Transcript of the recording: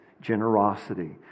generosity